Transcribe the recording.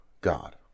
God